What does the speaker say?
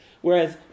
Whereas